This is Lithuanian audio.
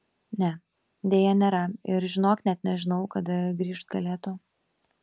ne deja nėra ir žinok net nežinau kada grįžt galėtų